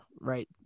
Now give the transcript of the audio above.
Right